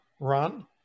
run